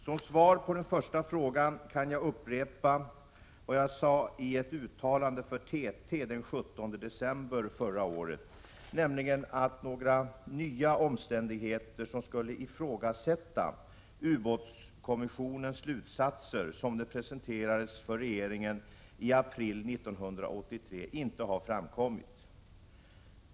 Som svar på den första frågan kan jag upprepa vad jag sade i ett uttalande för TT den 17 december förra året, nämligen att några nya omständigheter, som skulle ifrågasätta ubåtsskyddskommissionens slutsatser, som de presenterades för regeringen i april 1983, inte har framkommit.